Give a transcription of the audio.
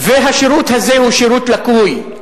והשירות הזה הוא שירות לקוי,